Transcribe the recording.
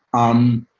um,